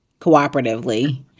cooperatively